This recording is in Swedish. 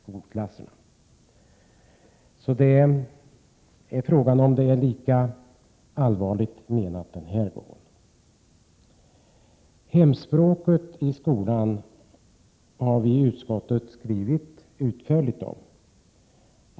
Frågan är om det den här gången är lika allvarligt menat. Hemspråket i skolan har vi i utskottet skrivit utförligt om.